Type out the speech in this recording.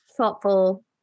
thoughtful